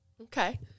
okay